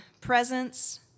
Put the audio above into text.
presence